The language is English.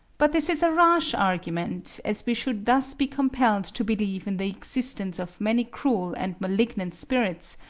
but this is a rash argument, as we should thus be compelled to believe in the existence of many cruel and malignant spirits,